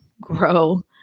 grow